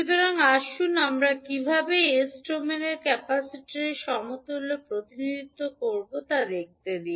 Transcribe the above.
সুতরাং আসুন আমরা কীভাবে s ডোমেনে ক্যাপাসিটরের সমতুল্য প্রতিনিধিত্ব করব তা দেখতে দিন